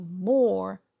more